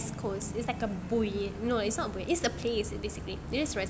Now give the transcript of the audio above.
west coast it's like a buoy no it's not buoy it's a place basically